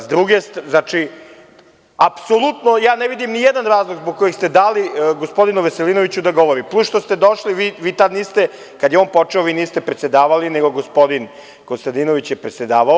S druge strane, apsolutno ja ne vidim ni jedan razlog zbog kojeg ste dali gospodinu Veslinoviću da govori, plus što ste došli, kada je on počeo, vi niste predsedavali nego gospodin Konstadinović je predsedavao…